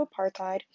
apartheid